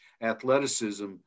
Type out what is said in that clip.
athleticism